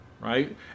right